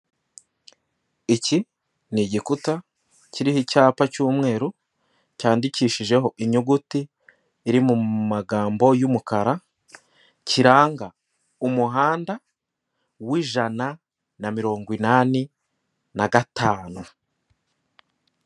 Iki ni igikuta kiriho icyapa cy'umweru, cyandikishijeho inyuguti iri mu magambo y'umukara, kiranga umuhanda w'ijana na mirongo inani na gatanu.